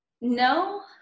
No